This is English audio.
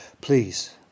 Please